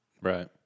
Right